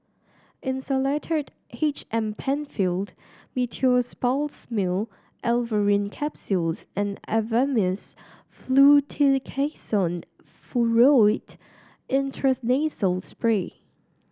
Insulatard H M Penfilled Meteospasmyl Alverine Capsules and Avamys Fluticasone Furoate Intranasal Spray